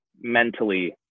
mentally